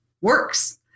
works